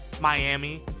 Miami